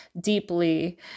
deeply